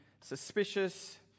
suspicious